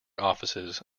offices